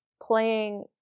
playing